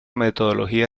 metodología